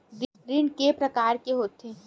ऋण के प्रकार के होथे?